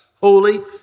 holy